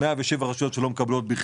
107 רשויות שלא מקבלות בכלל,